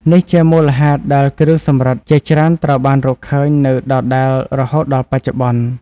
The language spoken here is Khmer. នេះជាមូលហេតុដែលគ្រឿងសំរឹទ្ធិជាច្រើនត្រូវបានរកឃើញនៅដដែលរហូតដល់បច្ចុប្បន្ន។